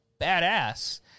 badass